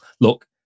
look